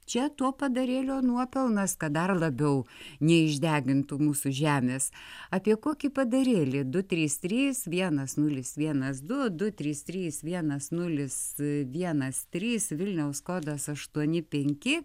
čia to padarėlio nuopelnas kad dar labiau neišdegintų mūsų žemės apie kokį padarėlį du trys trys vienas nulis vienas du du trys trys vienas nulis vienas trys vilniaus kodas aštuoni penki